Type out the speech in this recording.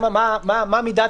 מה מידת